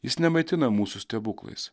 jis nemaitina mūsų stebuklais